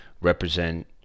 represent